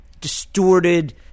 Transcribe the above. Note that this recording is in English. distorted